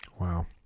Wow